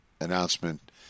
announcement